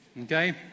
Okay